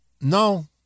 no